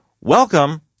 welcome